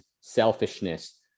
selfishness